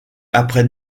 après